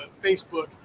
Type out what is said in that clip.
Facebook